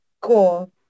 Cool